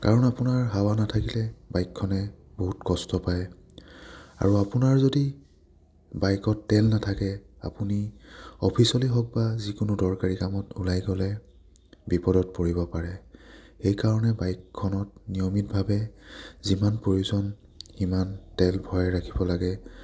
কাৰণ আপোনাৰ হাৱা নাথাকিলে বাইকখনে বহুত কষ্ট পায় আৰু আপোনাৰ যদি বাইকত তেল নাথাকে আপুনি অফিচলৈ হওক বা যিকোনো দৰকাৰী কামত ওলাই গ'লে বিপদত পৰিব পাৰে সেইকাৰণে বাইকখনত নিয়মিতভাৱে যিমান প্ৰয়োজন সিমান তেল ভৰাই ৰাখিব লাগে